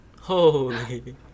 Holy